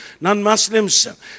non-Muslims